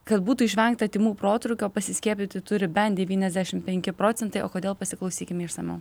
kad būtų išvengta tymų protrūkio pasiskiepyti turi bent devyniasdešim penki procentai o kodėl pasiklausykime išsamiau